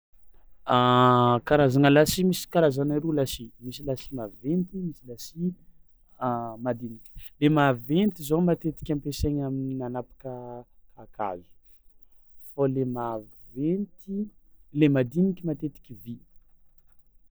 Karazagna lasia misy karazany aroa lasia: misy lasia maventy, misy lasia madiniky; le maventy zao matetiky ampiasaigna amin- anapaka kakazo fao le maventy le madiniky matetiky vy.